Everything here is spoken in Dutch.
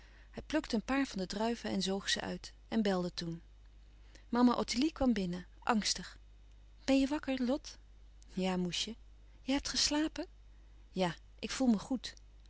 hij plukte een paar van de druiven en zoog ze uit en belde toen mama ottilie kwam binnen angstig ben je wakker lot ja moesje je hebt geslapen ja ik voel me goed